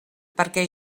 perquè